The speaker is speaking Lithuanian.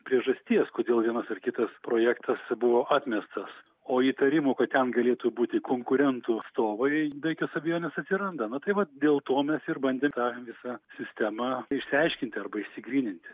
priežasties kodėl vienas ar kitas projektas buvo atmestas o įtarimų kad ten galėtų būti konkurentų atstovai be jokios abejonės atsiranda nu tai vat dėl to mes ir bandėm tą visą sistemą išsiaiškinti arba išsigryninti